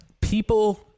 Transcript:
People